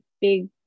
big